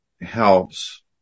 helps